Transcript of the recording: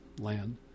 land